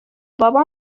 بابام